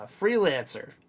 Freelancer